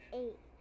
eight